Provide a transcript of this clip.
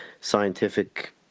scientific